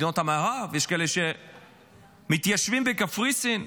מדינות המערב, יש כאלה שמתיישבים בקפריסין,